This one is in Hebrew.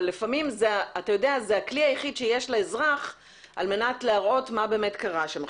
לפעמים זה הכי היחיד שיש לאזרח כדי להראות מה באמת קרה שם.